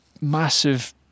massive